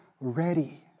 ready